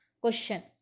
Question